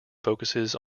focuses